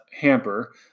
hamper